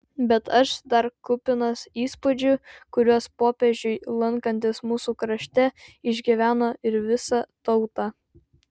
bet aš dar kupinas įspūdžių kuriuos popiežiui lankantis mūsų krašte išgyveno ir visa tauta